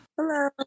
Hello